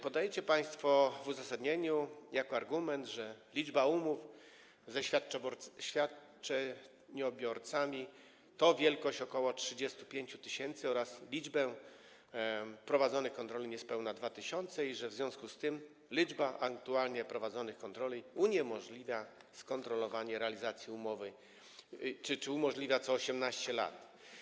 Podajecie państwo w uzasadnieniu jako argument, że liczba umów ze świadczeniobiorcami wynosi ok. 35 tys. oraz że liczba prowadzonych kontroli to niespełna 2 tys. i że w związku z tym liczba aktualnie prowadzonych kontroli uniemożliwia skontrolowanie realizacji umowy czy umożliwia je co 18 lat.